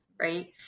Right